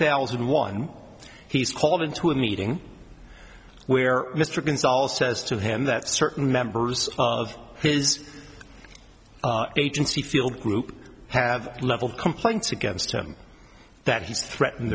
thousand and one he's called into a meeting where mr gonzales says to him that certain members of his agency field group have leveled complaints against him that he's threatened